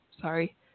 Sorry